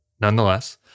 nonetheless